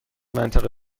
منطقه